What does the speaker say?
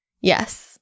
Yes